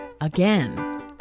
Again